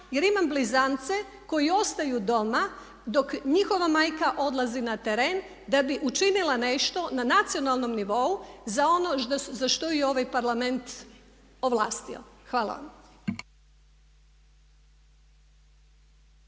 jer imam blizance koji ostaju doma dok njihova majka odlazi na teren da bi učinila nešto na nacionalnom nivou za ono za što ju je ovaj Parlament ovlastio. Hvala vam.